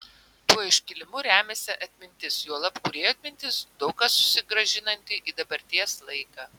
tuo iškilimu remiasi atmintis juolab kūrėjo atmintis daug ką susigrąžinanti į dabarties laiką